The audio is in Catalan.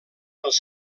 els